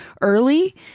early